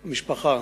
משפחה,